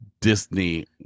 Disney